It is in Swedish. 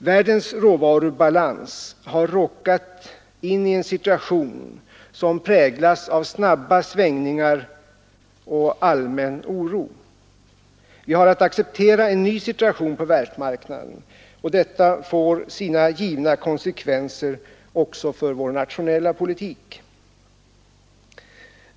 Världens råvarubalans har råkat in i en situation som präglas av snabba svängningar och allmän oro. Vi har att acceptera en ny situation på världsmarknaden, och detta får sina givna konsekvenser också för vår nationella politik.